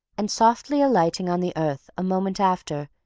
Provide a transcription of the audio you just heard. and softly alighting on the earth, a moment after,